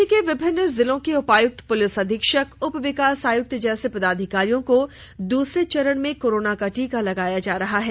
राज्य के विभिन्न जिलों के उपायुक्त पुलिस अधीक्षक उप विकास आयुक्त जैसे पदाधिकारियों को दूसरे चरण में कोरोना का टीका लगाया जा रहा है